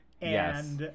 Yes